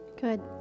Good